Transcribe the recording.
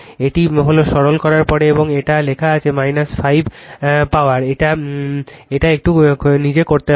এটি হল সরল করার পরে এবং এটা লেখা আছে 05 পাওয়ার এটা একটু নিজে করতে হবে